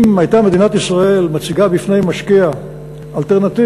אם הייתה מדינת ישראל מציגה בפני משקיע אלטרנטיבה